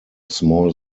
small